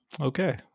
Okay